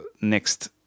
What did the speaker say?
next